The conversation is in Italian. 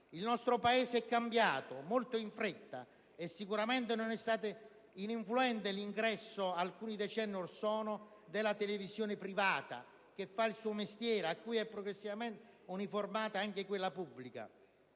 Il nostro Paese è cambiato molto in fretta e sicuramente non è stato ininfluente l'ingresso della televisione privata, che fa il suo mestiere e a cui si è progressivamente uniformata anche quella pubblica.